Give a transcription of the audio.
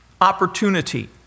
opportunity